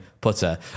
putter